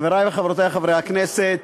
חברי וחברותי חברי הכנסת,